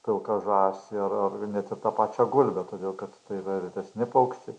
pilką žąsį ar ar net ir tą pačią gulbę todėl kad tai yra retesni paukščiai